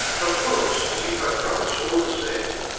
of course, to keep my promise all the same.